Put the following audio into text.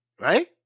right